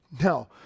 Now